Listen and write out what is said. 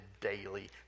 daily